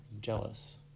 jealous